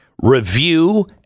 review